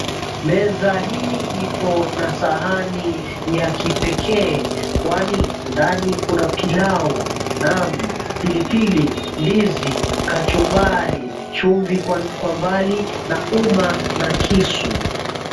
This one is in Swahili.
Meza hii ipo na sahani ya kipekee kwani ndani kuna pilau, naam! pilipili, ndizi, kachumbari, chumvi kwa mbali na uma na kisu.